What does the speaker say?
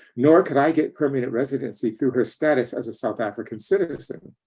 nor could i get permanent residency through her status as a south african citizen.